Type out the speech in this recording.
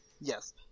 Yes